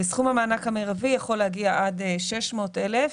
סכום המענק המרבי יכול להגיע עד 600 אלף